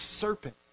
serpent